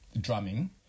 drumming